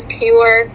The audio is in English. pure